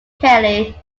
kelly